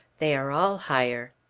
they are all higher.